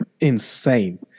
insane